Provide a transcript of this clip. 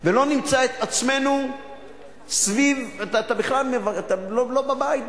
ולא נמצא את עצמנו סביב, אתה לא בבית בכלל,